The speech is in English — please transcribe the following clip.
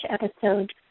episode